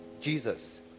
Jesus